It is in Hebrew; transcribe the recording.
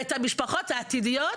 ואת המשפחות העתידיות